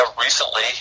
recently